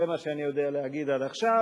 זה מה שאני יודע להגיד עד עכשיו.